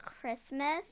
Christmas